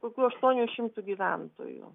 kokių aštuonių šimtų gyventojų